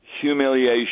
humiliation